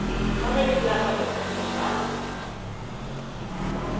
ए तपाईँ नै कुरा गर्नुहोस् न त्यसो भए ल हुन्छ